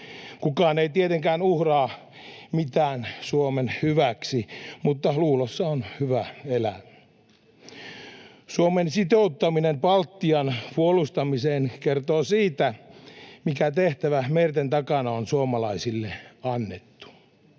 Kukaan ei tietenkään uhraa mitään Suomen hyväksi, mutta luulossa on hyvä elää. Suomen sitouttaminen Baltian puolustamiseen kertoo siitä, mikä tehtävä merten takana on suomalaisille annettu.